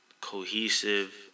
cohesive